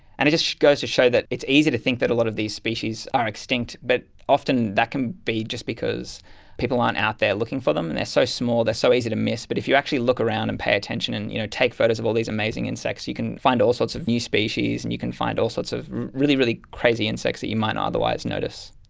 and it just goes to show that it's easy to think that a lot of these species are extinct but often that can be just because people aren't out there looking for them. they are so small, they're so easy to miss, but if you actually look around and pay attention and you know take photos of all these amazing insects, you can find all sorts of new species and you can find all sorts of really, really crazy insects that you might not otherwise notice.